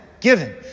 Given